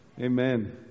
Amen